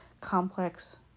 complex